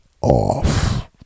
off